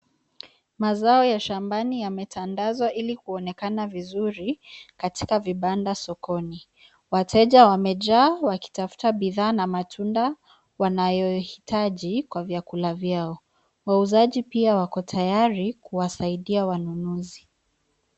Mazao ya shambani yametandazwa ili kuonekana vizuri katika vibanda sokoni. Wateja wamejaa wakitafuta bidhaa na matunda wanayohitaji kwa vyakula vyao. Wauzaji pia wako tayari kuwasaidia wanunuzi.